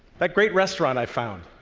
that great restaurant i found,